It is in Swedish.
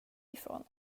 ifrån